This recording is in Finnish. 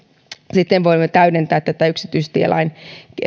sitten voimme täydentää tätä yksityistielain